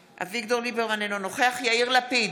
אינו נוכח יאיר לפיד,